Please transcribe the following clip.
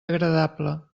agradable